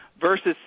versus